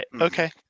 Okay